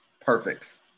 perfect